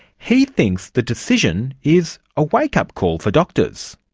he thinks the decision is a wake-up call for doctors.